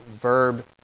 verb